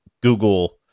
Google